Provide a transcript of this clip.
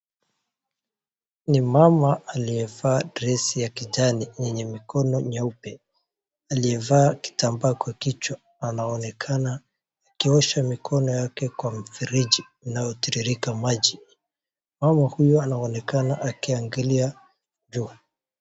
Ni mama aliyevaa dress ya kijana yenye mikono nyeupe, aliyevaa kitambaa kwa kichwa, anaonekana akiosha mikono yake kwa mfereji unaotiririka maji. Mama huyo anaonekana akiangalia juu.